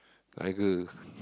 Tiger